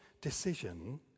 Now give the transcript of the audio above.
decision